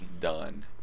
Done